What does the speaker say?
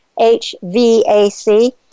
H-V-A-C